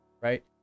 right